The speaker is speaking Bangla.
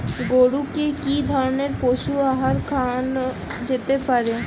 গরু কে কি ধরনের পশু আহার খাওয়ানো যেতে পারে?